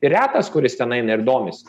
ir retas kuris ten eina ir domisi